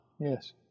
yes